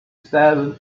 seven